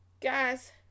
Guys